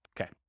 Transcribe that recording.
Okay